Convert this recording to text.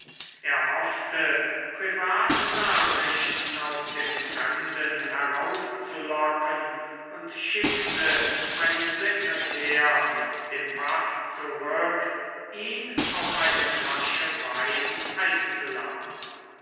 er hoffte privatnachrichten aus dem fremden herauszulocken und schickte einen sekretär mit dem paß zurück ihn auf eine flasche wein einzuladen